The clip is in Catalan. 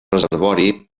reservori